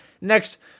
Next